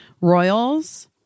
royals